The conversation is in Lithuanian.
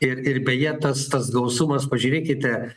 ir ir beje tas tas gausumas pažiūrėkite